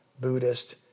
Buddhist